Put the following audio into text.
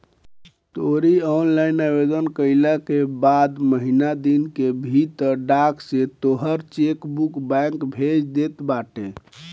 तोहरी ऑनलाइन आवेदन कईला के बाद महिना दिन के भीतर डाक से तोहार चेकबुक बैंक भेज देत बाटे